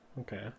Okay